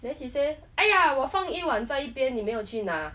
then she say !aiya! 我放一碗在一边你没有去拿